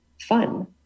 fun